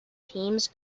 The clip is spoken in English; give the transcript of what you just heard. teams